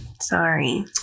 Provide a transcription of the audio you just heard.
sorry